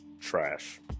trash